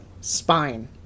spine